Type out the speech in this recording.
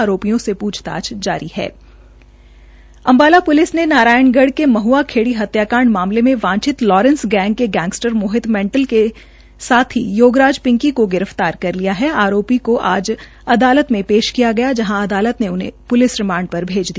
आरोपियों से पूछताछ की जा रही हथ अम्बाला प्लिस ने नारायणगढ़ के मद्आ खेड़ी हत्याकांड मामले मे वाछित लारेंस गैंग के गैंगस्टर मोहित मैंटल के साथी योगराज पिंकी को गिरफ्तार कर लिया हण आरोपी को आज अदालत में पेश किया गया जहां अदालत ने उसे प्लिस रिमांड पर भैज दिया